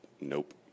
nope